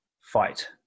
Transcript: fight